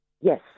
Yes